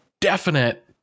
definite